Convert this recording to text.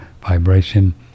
vibration